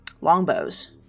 longbows